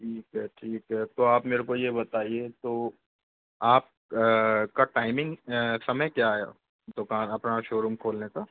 ठीक है ठीक है तो आप मेरेको ये बताइए तो आप का टाइमिंग समय क्या है दुकान अपना शोरूम खोलने का